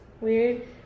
weird